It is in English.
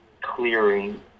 clearing